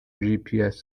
gps